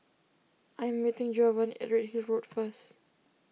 I am meeting Giovanni at Redhill Road first